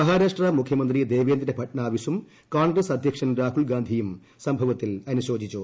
മഹാരാഷ്ട്ര മുഖ്യമന്ത്രി ദേവേന്ദ്ര ഭട്നാവിസും കോൺഗ്രസ് അധ്യക്ഷൻ രാഹുൽഗാന്ധിയും സംഭവത്തിൽ അനുശോചിച്ചു